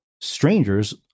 strangers